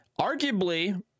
Arguably